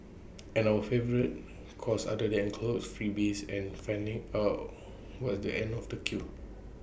and our favourite cause other than clothes freebies and finding out was the end of the queue